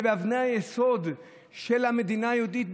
באבני היסוד של המדינה היהודית,